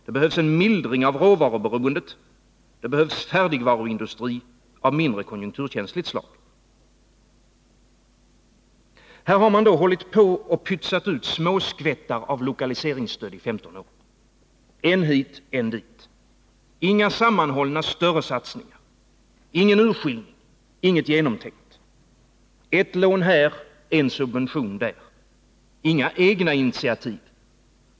Det behövs en mildring av råvaruberoendet, det behövs färdigvaruindustri av mindre konjunkturkänsligt slag. Här har man hållit på och pytsat ut småskvättar av lokaliseringsstöd i 15 år. Än hit, än dit. Inga sammanhållna, större satsningar. Ingen urskillning, inget genomtänkt. Ett lån här, en subvention där. Inga egna initiativ.